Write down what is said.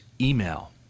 email